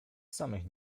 samych